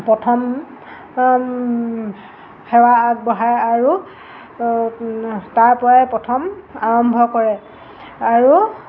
প্ৰথম সেৱা আগবঢ়ায় আৰু তাৰপৰাই প্ৰথম আৰম্ভ কৰে আৰু